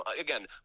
again